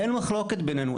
אין מחלוקת בנינו.